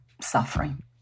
suffering